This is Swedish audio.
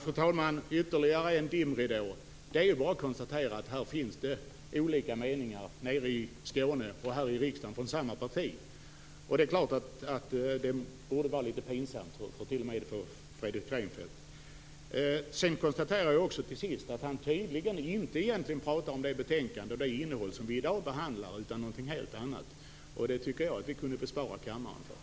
Fru talman! Det var ytterligare en dimridå. Det är bara att konstatera att det här finns olika meningar i samma parti, i Skåne och här i riksdagen. Det är klart att det är litet pinsamt, t.o.m. för Fredrik Reinfeldt. Till sist konstaterar jag att Fredrik Reinfeldt inte vill prata om innehållet i det betänkande som vi i dag behandlar utan om någonting helt annat. Det tycker jag att vi kunde bespara kammaren från.